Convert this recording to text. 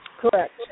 Correct